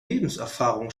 lebenserfahrung